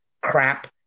crap